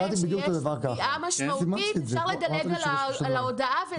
שלה -- שאפשר לדלג מעל ההודעה.